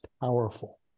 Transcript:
powerful